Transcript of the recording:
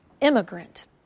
immigrant